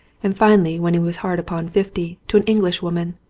and finally when he was hard upon fifty to an english woman.